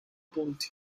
punti